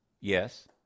yes